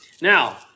now